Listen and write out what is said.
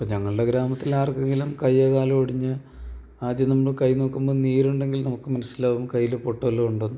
ഇപ്പോള് ഞങ്ങളുടെ ഗ്രാമത്തിൽ ആർക്കെങ്കിലും കയ്യോ കാലോ ഒടിഞ്ഞ് ആദ്യം നമ്മള് കൈ നോക്കുമ്പോള് നീരുണ്ടെങ്കിൽ നമുക്ക് മനസ്സിലാവും കയ്യില് പൊട്ട് വല്ലതും ഉണ്ടോ എന്ന്